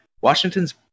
Washington's